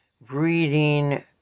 breeding